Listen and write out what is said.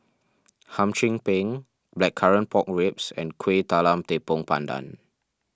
Hum Chim Peng Blackcurrant Pork Ribs and Kuih Talam Tepong Pandan